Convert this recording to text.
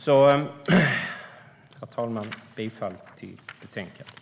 Herr talman! Jag yrkar alltså bifall till förslaget i betänkandet.